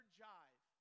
jive